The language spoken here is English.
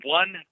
one